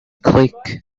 click